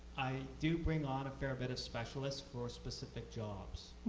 i do bring on a fair bit of specialists for specific jobs.